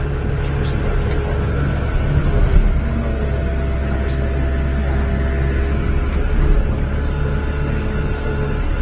the traditions i did follow are more from my grandmother, and and i respect it. yeah. um it's definitely instill, i guess, for the family as a whole,